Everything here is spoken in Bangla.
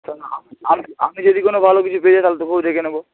কারণ আম আমি আমি যদি কোনও ভালো কিছু পেয়ে যাই তাহলে তোকেও ডেকে নেব